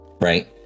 right